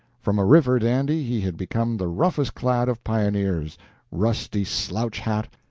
from a river dandy he had become the roughest-clad of pioneers rusty slouch hat,